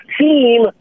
team